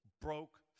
broke